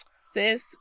Sis